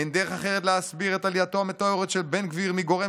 אין דרך אחרת להסביר את עלייתו המטאורית של בן גביר מגורם